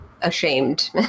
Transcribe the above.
ashamed